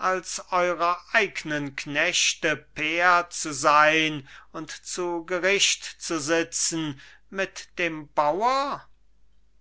als eurer eignen knechte pair zu sein und zu gericht zu sitzen mit dem bauer